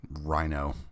Rhino